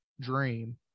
dream